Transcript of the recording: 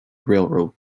railroad